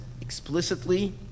explicitly